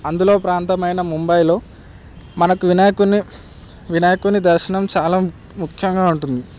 అందులో ప్రాంతమైన ముంబైలో మనకు వినాయకున్ని వినాయకుని దర్శనం చాలా ముఖ్యంగా ఉంటుంది